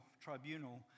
Tribunal